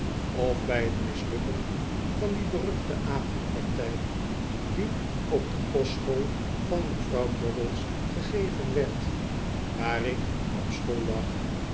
of bij t mislukken van die beruchte avond partij die op de kostschool van mevrouw bogles gegeven werd waar ik op school lag